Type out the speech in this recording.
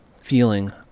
feeling